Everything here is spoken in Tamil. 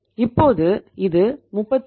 இப்போது இது 38